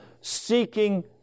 Seeking